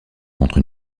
contre